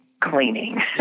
cleaning